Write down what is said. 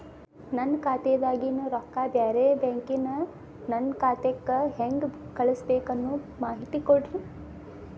ನನ್ನ ಖಾತಾದಾಗಿನ ರೊಕ್ಕ ಬ್ಯಾರೆ ಬ್ಯಾಂಕಿನ ನನ್ನ ಖಾತೆಕ್ಕ ಹೆಂಗ್ ಕಳಸಬೇಕು ಅನ್ನೋ ಮಾಹಿತಿ ಕೊಡ್ರಿ?